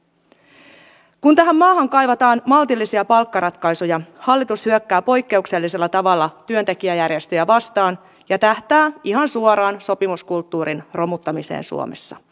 kun tähän maahan kaivataan maltillisia palkkaratkaisuja hallitus hyökkää poikkeuksellisella tavalla työntekijäjärjestöjä vastaan ja tähtää ihan suoraan sopimuskulttuurin romuttamiseen suomessa